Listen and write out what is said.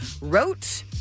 wrote